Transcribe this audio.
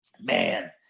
Man